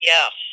Yes